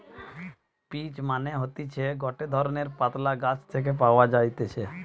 peach মানে হতিছে গটে ধরণের পাতলা গাছ থেকে পাওয়া যাইতেছে